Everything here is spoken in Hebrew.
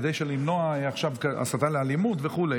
כדי למנוע עכשיו הסתה לאלימות וכו',